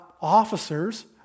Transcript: officers